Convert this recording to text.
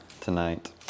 tonight